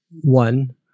one